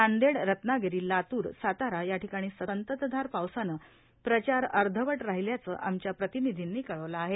नांदेड रत्नागिरी लातूर सातारा याठिकाणी सततधार पावसानं प्रचार अर्धवट राहिल्याचं आमच्या प्रतिनिधींनी कळवलं आहे